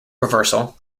reversal